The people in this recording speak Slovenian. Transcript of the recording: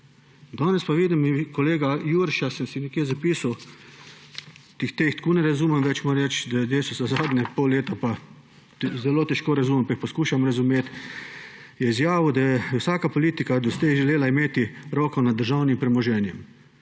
Danes pa vidim, kolega Jurša, sem si nekje zapisal − teh tako ne razumem, Desus zadnje pol leta zelo težko razumem, pa ga poskušam razumeti, je izjavil, da je vsaka politika doslej želela imeti roko nad državnim premoženjem,